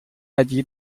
allí